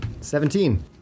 Seventeen